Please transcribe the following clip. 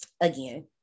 Again